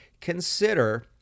consider